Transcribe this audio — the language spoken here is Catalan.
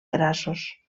grassos